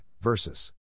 versus